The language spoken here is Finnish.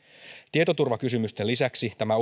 tietoturvakysymysten lisäksi tämä